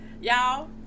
y'all